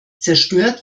zerstört